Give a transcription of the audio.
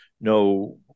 no